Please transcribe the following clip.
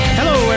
Hello